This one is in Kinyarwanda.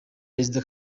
perezida